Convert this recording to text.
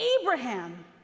Abraham